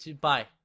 bye